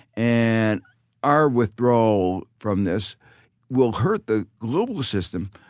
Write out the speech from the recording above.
and our withdrawal from this will hurt the global system.